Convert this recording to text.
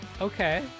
okay